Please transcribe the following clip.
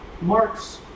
Marx